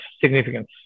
significance